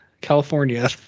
California